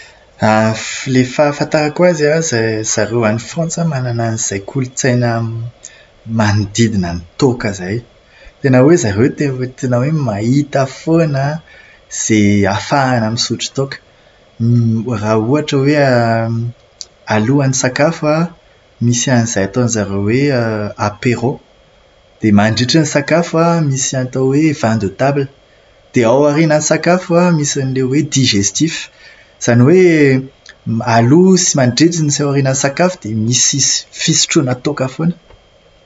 Ilay fahafantarako azy an, zareo any Frantsa manana an'izay kolotsaina manodidina ny toaka izay. Tena hoe zareo tena hoe mahita foana izay ahafahana misotra toaka. Raha ohatra hoe alohan'ny sakafo an misy an'izay ataon'izareo hoe "apéro", dia mandritra ny sakafo an, misy ny atao hoe "vin de table", dia aorinan'ny sakafo misy an'ilay atao hoe "digestif". Izany hoe aloha sy mandritrany sy aorinan'ny sakafo dia misy is- fisotroana toaka foana.